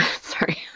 sorry